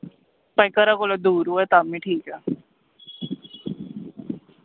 भाएं घरा कोला दूर होऐ तां मी ठीक ऐ